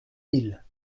mille